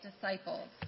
disciples